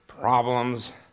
problems